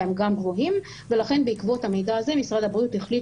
הם גם גבוהים ולכן בעקבות המידע הזה משרד הבריאות החליט